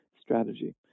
strategy